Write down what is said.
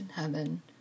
Heaven